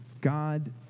God